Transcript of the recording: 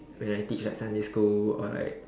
when I teach at Sunday school or like